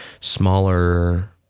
smaller